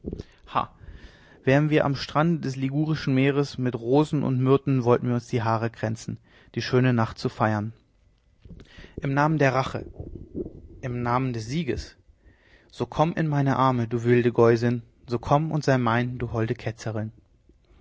wären wir am strande des ligurischen meeres mit rosen und myrten wollten wir uns die haare kränzen die schöne nacht zu feiern im namen der rache im namen des sieges so komm in meine arme du wilde geusin so komm und sei mein du holde ketzerin